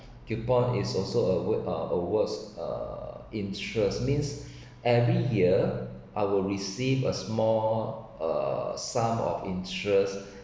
coupon is also award uh awards uh interest means every year I will receive a small uh some of interest